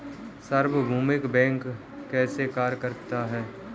सार्वभौमिक बैंक कैसे कार्य करता है?